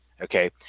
okay